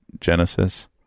genesis